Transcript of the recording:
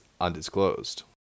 undisclosed